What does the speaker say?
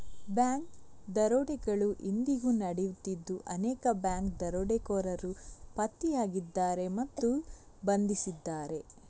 bank ದರೋಡೆಗಳು ಇಂದಿಗೂ ನಡೆಯುತ್ತಿದ್ದು ಅನೇಕ ಬ್ಯಾಂಕ್ ದರೋಡೆಕೋರರು ಪತ್ತೆಯಾಗಿದ್ದಾರೆ ಮತ್ತು ಬಂಧಿಸಿದ್ದಾರೆ